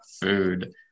food